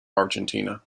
argentina